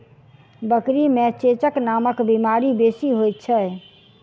बकरी मे चेचक नामक बीमारी बेसी होइत छै